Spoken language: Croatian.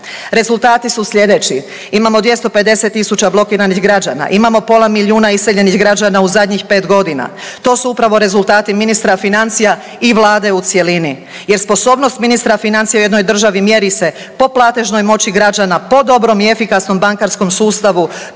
Rezultati su sljedeći, imamo 250 tisuća blokiranih građana, imamo pola milijuna iseljenih građana u zadnjih 5 godina to su upravo rezultati ministra financija i Vlade u cjelini jer sposobnost ministra financija u jednoj državi mjeri se po platežnoj moći građana, po dobrom i efikasnom bankarskom sustavu,